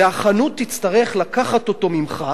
והחנות תצטרך לקחת אותו ממך,